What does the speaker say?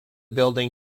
building